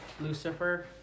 Lucifer